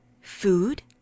Food